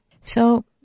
So-